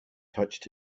touched